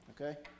Okay